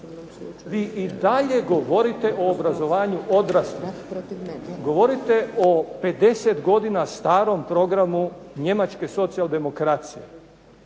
Vi i dalje govorite o obrazovanju odraslih, govorite o 50 godina starom programu njemačke socijaldemokracije